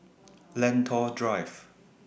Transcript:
Lentor Drive